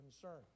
concern